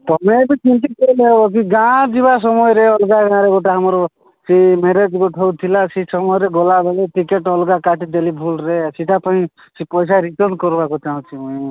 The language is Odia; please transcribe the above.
ତମେ ବି ସେମିତି କହିଲେ ହେବ କି ଗାଁ ଯିବା ସମୟରେ ଅଲଗା ଗାଁରେ ଗୋଟେ ଆମର ସେ ମ୍ୟାରେଜ୍ ଗୋଟେ ହେଉଥିଲା ସେ ସମୟରେ ଗଲାବେଳେ ଟିକେଟ୍ ଅଲଗା କାଟିଦେଲି ଭୁଲ୍ରେ ସେଇଟା ପାଇଁ ସେ ପଇସା ରିଟର୍ନ୍ କରିବାକୁ ଚାହୁଁଛି ମୁଇଁ